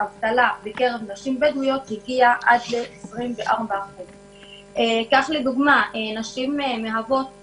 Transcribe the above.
אבטלה בקרב נשים בדואיות שהגיעה עד 24%. כך למשל נשים מהוות